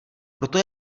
proto